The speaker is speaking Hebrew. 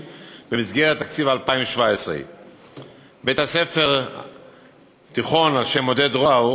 במסגרת תקציב 2017. בית-הספר התיכון על-שם עודד ראור